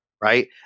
right